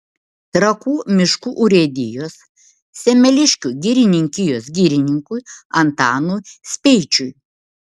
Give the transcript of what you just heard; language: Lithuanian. trakų miškų urėdijos semeliškių girininkijos girininkui antanui speičiui